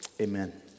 Amen